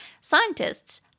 Scientists